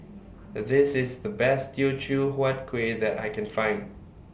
This IS The Best Teochew Huat Kueh that I Can Find